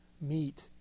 meet